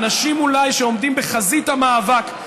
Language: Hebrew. מהאנשים שעומדים בחזית המאבק,